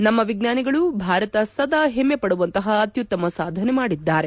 ನಮ್ಗ ವಿಜ್ವಾನಿಗಳು ಭಾರತ ಸದಾ ಹೆಮ್ಗೆ ಪಡುವಂತಹ ಅತ್ಯುತ್ತಮ ಸಾಧನೆ ಮಾಡಿದ್ದಾರೆ